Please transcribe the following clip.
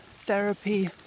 therapy